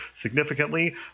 significantly